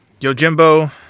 Yojimbo